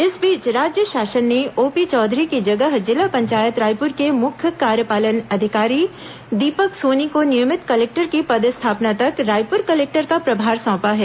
इस बीच राज्य शासन ने ओपी चौधरी की जगह जिला पंचायत रायपूर के मुख्य कार्यपालन अधिकारी दीपक सोनी को नियमित कलेक्टर की पदस्थापना तक रायपुर कलेक्टर का प्रभार सौंपा है